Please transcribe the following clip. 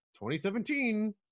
2017